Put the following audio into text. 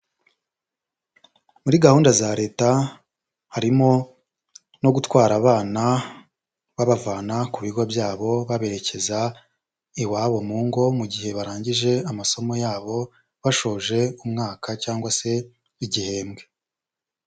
Muri gahunda za Leta harimo no gutwara abana babavana ku bigo byabo baberekeza iwabo mu ngo mu gihe barangije amasomo yabo bashoje umwaka cyangwa se igihembwe.